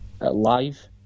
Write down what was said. live